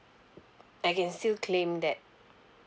I can still claim that